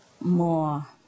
more